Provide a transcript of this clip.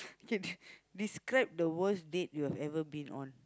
you can describe the worst date you've ever been on